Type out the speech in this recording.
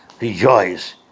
rejoice